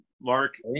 Mark